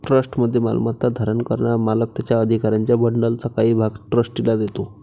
ट्रस्टमध्ये मालमत्ता धारण करणारा मालक त्याच्या अधिकारांच्या बंडलचा काही भाग ट्रस्टीला देतो